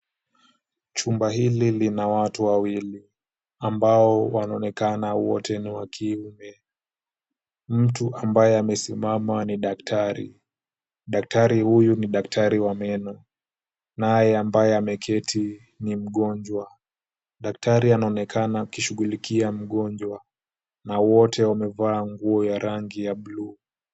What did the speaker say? Chumba hiki kina watu wawili ambao wanaonekana wote ni wa kiume. Mtu ambaye amesimama ni daktari. Daktari huyu ni daktari wa meno naye ambaye ameketi ni mgonjwa. Daktari anaonekana akishughulikia mgonjwa. Daktari anaonekana akishughulikia mgonjwa na wote wamevaa nguo ya rangi ya buluu.